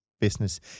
business